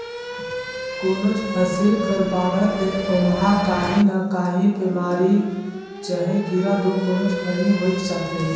कोनोच फसिल कर बाढ़त ले ओमहा काही न काही बेमारी चहे कीरा दो कोनोच घनी होइच जाथे